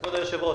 כבוד היושב-ראש,